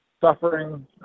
suffering